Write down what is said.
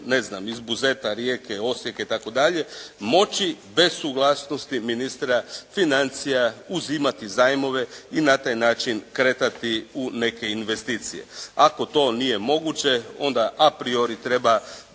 vodovod iz Buzeta, Rijeke, Osijeka itd. moći bez suglasnosti ministra financija uzimati zajmove i na taj način kretati u neke investicije. Ako to nije moguće onda a priori treba